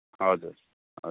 हजुर हजुर